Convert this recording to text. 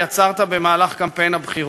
יצרת במהלך קמפיין הבחירות.